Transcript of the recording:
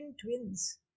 twins